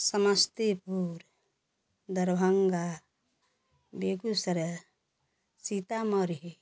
Samastipur Darbhanga Begusarai Sitamarhi